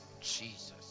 Jesus